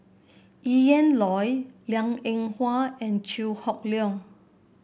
Ian Loy Liang Eng Hwa and Chew Hock Leong